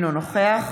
אינו נוכח